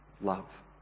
love